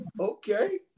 okay